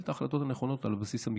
את ההחלטות הנכונות על הבסיס המקצועי.